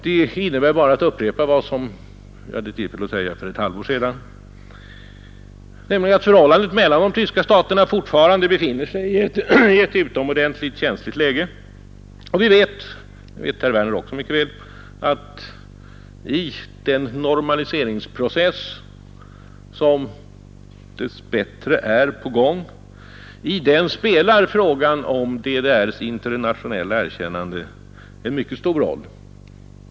Det innebär bara att upprepa vad jag hade tillfälle att säga för ett halvår sedan, nämligen att förhållandet mellan de två tyska staterna fortfarande befinner sig i ett utomordentligt känsligt läge. Vi vet — och det vet herr Werner också mycket väl — att i den normaliseringsprocess som dess bättre är på gång spelar frågan om DDR:s internationel 7 la erkännande en mycket stor roll.